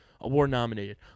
award-nominated